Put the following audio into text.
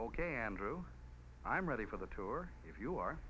ok andrew i'm ready for the tour if you are